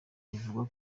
bivugwa